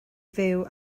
fyw